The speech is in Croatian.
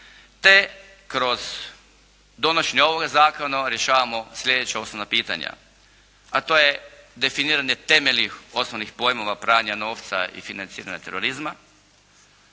te kroz donošenje ovoga zakona rješavamo slijedeća osnovna pitanja, a to je definiranje temeljnih osnovnih pojmova pranja novca i financiranja terorizma,